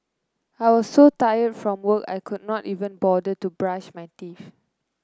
I was so tired from work I could not even bother to brush my teeth